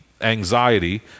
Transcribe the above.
anxiety